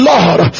Lord